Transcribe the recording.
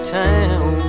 town